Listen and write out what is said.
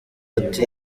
ati